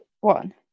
one